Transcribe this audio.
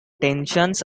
tensions